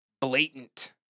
blatant